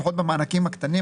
לפחות במענקים הקטנים,